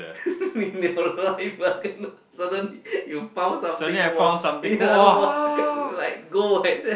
in your life ah kena suddenly you found something !wah! yeah !wah! like gold like that